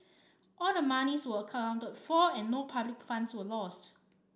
all the monies were accounted for and no public funds were lost